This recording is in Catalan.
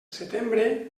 setembre